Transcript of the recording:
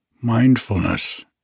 Mindfulness